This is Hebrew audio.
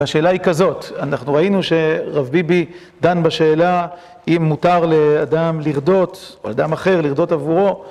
השאלה היא כזאת, אנחנו ראינו שרב ביבי דן בשאלה אם מותר לאדם לרדות או לאדם אחר לרדות עבורו